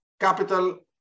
capital